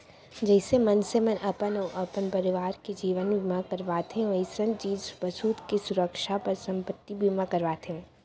जइसे मनसे मन अपन अउ अपन परवार के जीवन बीमा करवाथें वइसने चीज बसूत के सुरक्छा बर संपत्ति बीमा करवाथें